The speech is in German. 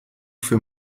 für